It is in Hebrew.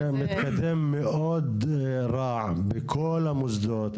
לצערנו זה מתקדם מאוד רע, בכל המוסדות.